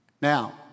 Now